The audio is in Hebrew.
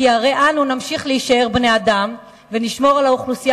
כי הרי אנו נמשיך להישאר בני-אדם ונשמור על האוכלוסייה